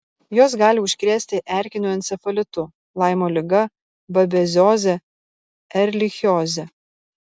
jos gali užkrėsti erkiniu encefalitu laimo liga babezioze erlichioze